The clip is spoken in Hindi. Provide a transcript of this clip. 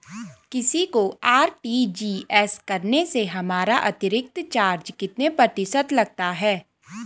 किसी को आर.टी.जी.एस करने से हमारा अतिरिक्त चार्ज कितने प्रतिशत लगता है?